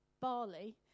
barley